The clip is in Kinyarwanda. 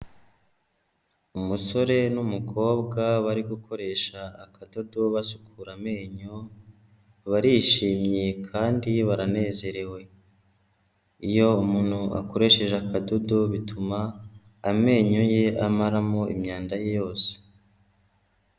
Umusore n'umukobwa bari gukoresha akadodo basukura amenyo, barishimye kandi baranezerewe, iyo umuntu akoresheje akadodo bituma amenyo ye amaramo imyanda ye yose.